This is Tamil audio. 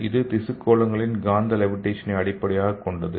இது திசு கோளங்களின் காந்த லேவிடேஷனை அடிப்படையாகக் கொண்டது